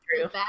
true